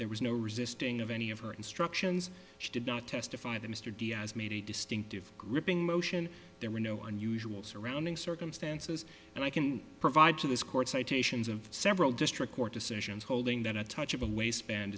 there was no resisting of any of her instructions she did not testify the mr diaz made a distinctive gripping motion there were no unusual surrounding circumstances and i can provide to this court citations of several district court decisions holding that a touch of a waistband